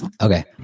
Okay